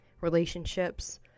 relationships